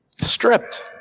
Stripped